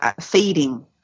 feeding